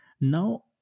Now